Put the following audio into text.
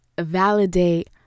validate